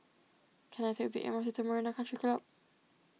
can I take the M R T to Marina Country Club